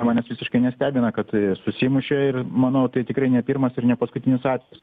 manęs visiškai nestebina kad susimušė ir manau tai tikrai ne pirmas ir ne paskutinis atvejis